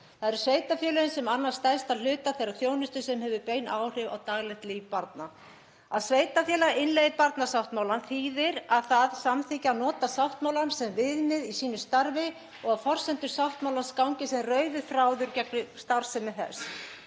Það eru sveitarfélögin sem annast stærsta hluta þeirrar þjónustu sem hefur bein áhrif á daglegt líf barna. Að sveitarfélagið innleiði barnasáttmálann þýðir að það samþykki að nota sáttmálann sem viðmið í sínu starfi og að forsendur sáttmálans gangi sem rauður þráður í gegnum starfsemi þess.